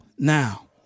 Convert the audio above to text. Now